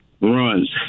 runs